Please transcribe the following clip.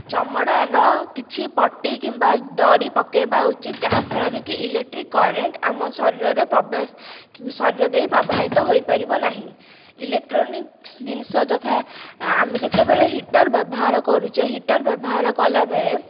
ଚମଡ଼ାର କିଛି ପଟି କିମ୍ବା ଦରି ପକାଇବା ଉଚିତ ଯାହାଫଳରେ କି ଇଲେକ୍ଟ୍ରି କରେଣ୍ଟ୍ ଆମ ଶରୀରରେ ପ୍ରବେଶ ଶରୀର ଦେଇ ପ୍ରବାହିତ ହୋଇପାରିବ ନାହିଁ ଇଲୋକ୍ଟ୍ରୋନିକ୍ସ ଜିନିଷ ଯଥା ଆମେ ଯେତେବଳେ ହିଟର୍ ବ୍ୟବହାର କରୁଛେ ହିଟର୍ ବ୍ୟବହାର କଲାବେଳେ